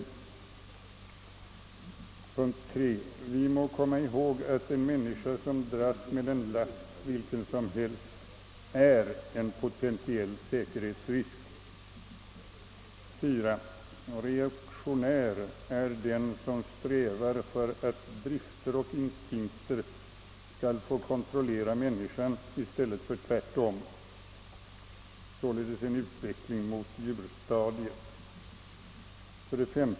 3. Vi må komma ihåg att en människa som dras med en last, vilken som helst, är en potentiell säkerhetsrisk. 4. Reaktionär är den som strävar efter att drifter och instinkter skall få kontrollera människan i stället för tvärtom — således en utveckling mot djurstadiet. 5.